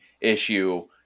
issue